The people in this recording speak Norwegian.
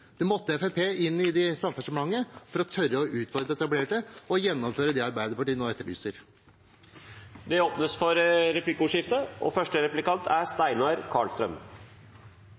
Fremskrittspartiet måtte inn i Samferdselsdepartementet for å tørre å utfordre det etablerte og gjennomføre det Arbeiderpartiet nå etterlyser. Det blir replikkordskifte. Fremskrittspartiet uttaler i en merknad fra komiteen at de er